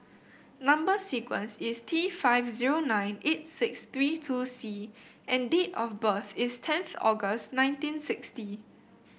number sequence is T five zero nine eight six three two C and date of birth is tenth August nineteen sixty